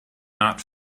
not